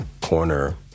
corner